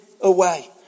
away